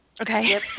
okay